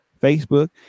Facebook